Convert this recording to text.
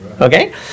Okay